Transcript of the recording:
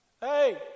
hey